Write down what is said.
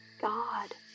God